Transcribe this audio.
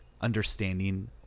understanding